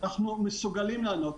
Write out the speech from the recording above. אנחנו מסוגלים לענות.